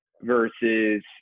versus